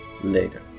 later